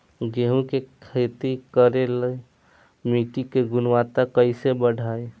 गेहूं के खेती करेला मिट्टी के गुणवत्ता कैसे बढ़ाई?